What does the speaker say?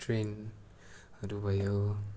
ट्रेनहरू भयो